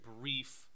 brief